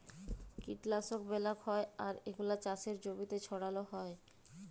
কীটলাশক ব্যলাক হ্যয় আর এগুলা চাসের জমিতে ছড়াল হ্য়য়